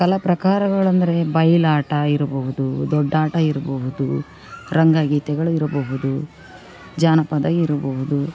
ಕಲಾ ಪ್ರಕಾರಗಳಂದರೆ ಬಯಲಾಟ ಇರಬಹುದು ದೊಡ್ಡಾಟ ಇರಬಹುದು ರಂಗಗೀತೆಗಳು ಇರಬಹುದು ಜಾನಪದ ಇರಬಹುದು